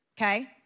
okay